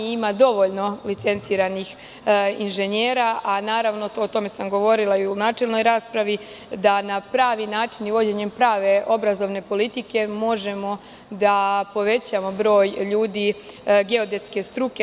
Ima dovoljno licenciranih inženjera, a naravno o tome sam govorila i u načelnoj raspravi, da na pravi način i vođenjem prave obrazovne politike možemo da povećamo broj ljudi geodetske struke.